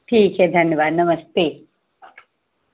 ठीक है धन्यवाद नमस्ते